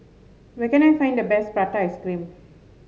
where can I find the best Prata Ice Cream